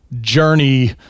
Journey